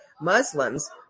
Muslims